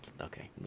Okay